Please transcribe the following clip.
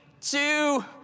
two